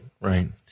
right